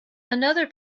another